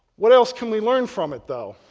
what else can we learn from it though?